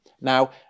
Now